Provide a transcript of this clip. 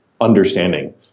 understanding